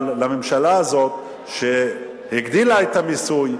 אבל לממשלה הזאת שהגדילה את המיסוי,